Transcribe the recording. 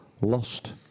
lost